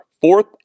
fourth